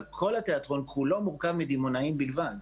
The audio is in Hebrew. אבל כל התיאטרון כולו מורכב מדימונאים בלבד.